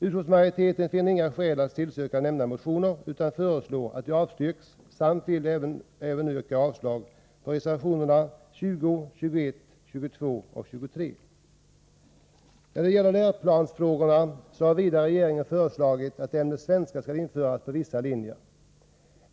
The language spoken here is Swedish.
Jag vill nu även yrka avslag på reservationerna 20, 21, 22 och 23. När det gäller läroplansfrågor har regeringen vidare föreslagit att ämnet svenska skall införas på vissa linjer.